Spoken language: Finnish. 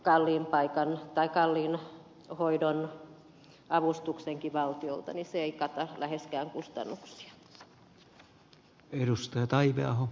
vaikka siihen saisi kalliin hoidon avustuksenkin valtiolta se ei kata läheskään kustannuksia